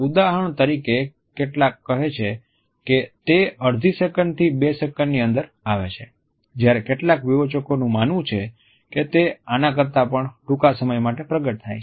ઉદાહરણ તરીકે કેટલાક કહે છે કે તે અડધી સેકંડ થી બે સેકન્ડની અંદર આવે છે જ્યારે કેટલાક વિવેચકોનું માનવું છે કે તે આના કરતા પણ ટૂંકા સમય માટે પ્રગટ થાય છે